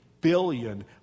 billion